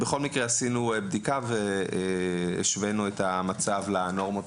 עשינו בדיקה והשווינו את המצב לנורמות